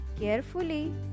carefully